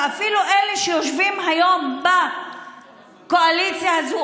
ואלה שיושבים היום בקואליציה הזאת,